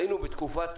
היינו בתקופה טובה,